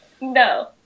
No